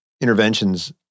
interventions